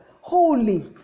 Holy